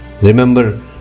Remember